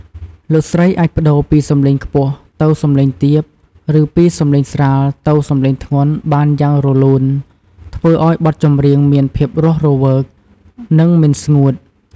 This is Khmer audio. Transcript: លោកស្រីអាចប្តូរពីសម្លេងខ្ពស់ទៅសម្លេងទាប ឬពីសម្លេងស្រាលទៅសម្លេងធ្ងន់បានយ៉ាងរលូន ធ្វើឲ្យបទចម្រៀងមានភាពរស់រវើក និងមិនស្ងួត។